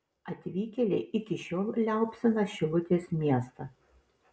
atvykėliai iki šiol liaupsina šilutės miestą